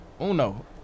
Uno